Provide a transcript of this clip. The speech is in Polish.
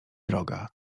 droga